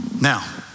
Now